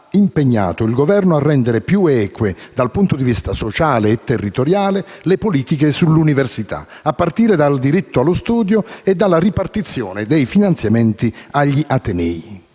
impegnato il Governo a rendere più eque dal punto di vista sociale e territoriale le politiche sull'università, a partire dal diritto allo studio e dalla ripartizione dei finanziamenti agli atenei.